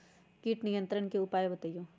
किट नियंत्रण के उपाय बतइयो?